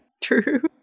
True